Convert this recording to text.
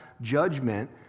judgment